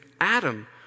Adam